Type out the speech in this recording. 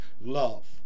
love